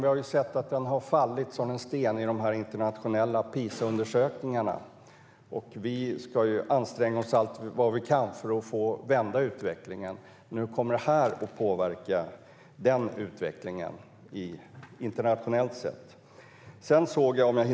Vi har sett att den har fallit som en sten i de internationella PISA-undersökningarna, och vi ska nu anstränga oss allt vi kan för att vända utvecklingen. Hur kommer detta att påverka utvecklingen i internationella mätningar?